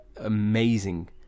amazing